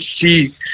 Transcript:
see